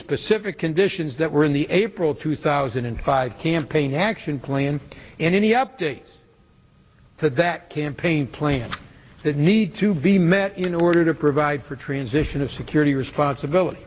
specific conditions that were in the april two thousand and five campaign action plan and any updates to that campaign plan that need to be met in order to provide for a transition of security responsibility